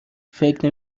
فکر